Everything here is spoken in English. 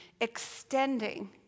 extending